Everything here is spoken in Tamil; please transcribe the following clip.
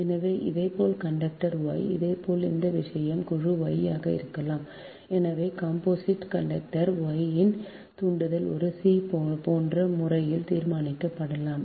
எனவே இதேபோல் கண்டக்டர் Y இதேபோல் இந்த விஷயம் குழு Y ஆக இருக்கலாம் எனவே காம்போசிட் கண்டக்டர் Y இன் தூண்டல் ஒரு c போன்ற முறையில் தீர்மானிக்கப்படலாம்